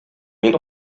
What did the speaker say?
мин